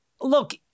look